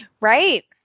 right